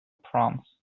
proms